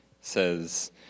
says